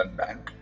bank